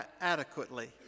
adequately